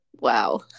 Wow